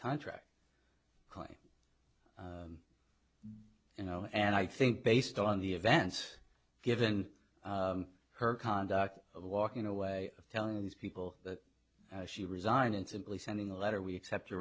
contract you know and i think based on the events given her conduct of walking away telling these people that she resigned and simply sending a letter we accept you